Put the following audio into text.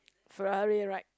Ferrari ride